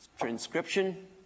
transcription